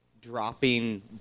dropping